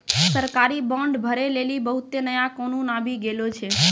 सरकारी बांड भरै लेली बहुते नया कानून आबि गेलो छै